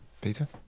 peter